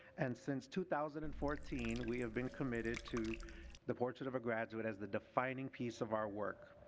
and since two thousand and fourteen, we have been committed to the portrait of a graduate as the defining piece of our work.